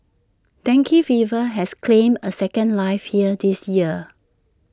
dengue fever has claimed A second life here this year